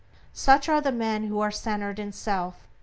such are the men who are centered in self.